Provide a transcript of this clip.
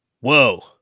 whoa